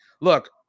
look